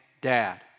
dad